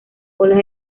olas